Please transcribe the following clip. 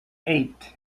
eight